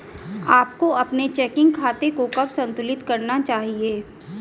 आपको अपने चेकिंग खाते को कब संतुलित करना चाहिए?